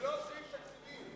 זה לא סעיף תקציבי.